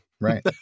Right